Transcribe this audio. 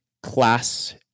Class